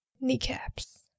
kneecaps